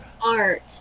art